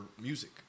music